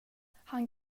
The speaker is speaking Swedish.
han